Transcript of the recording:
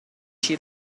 she